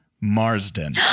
Marsden